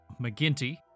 McGinty